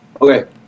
Okay